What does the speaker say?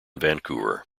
vancouver